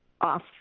off